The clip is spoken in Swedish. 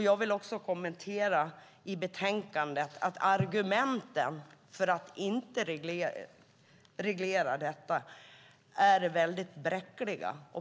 Jag vill också kommentera att argumenten i betänkandet för att inte reglera detta är väldigt bräckliga.